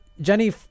Jenny